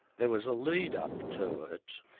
there was a lead-up to it.